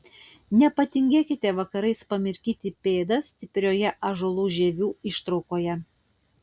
nepatingėkite vakarais pamirkyti pėdas stiprioje ąžuolų žievių ištraukoje